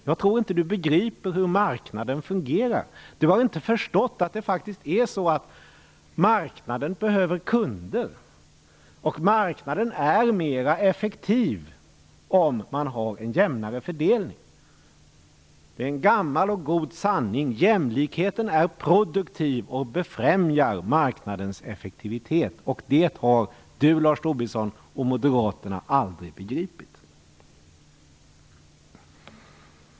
Jag tror inte att han begriper hur marknaden fungerar. Han har inte förstått att marknaden behöver kunder. Det är en gammal och god sanning att marknaden är mera effektiv om fördelningen är jämnare. Jämlikheten är produktiv och befrämjar marknadens effektivitet. Det har Lars Tobisson och Moderaterna aldrig begripit.